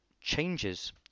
changes